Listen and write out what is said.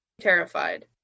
terrified